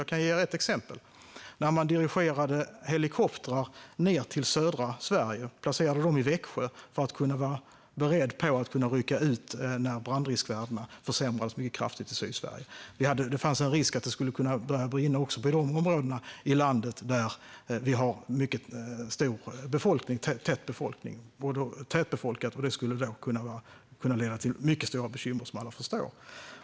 Jag kan ge ett exempel. Man dirigerade helikoptrar ned till södra Sverige och placerade dem i Växjö för att vara beredda på att rycka ut när brandriskvärdena försämrades mycket kraftigt i Sydsverige. Det fanns en risk för att det skulle kunna börja brinna också i tätbefolkade områden i landet, vilket skulle kunna leda till mycket stora bekymmer, som alla förstår.